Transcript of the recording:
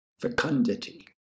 fecundity